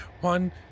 One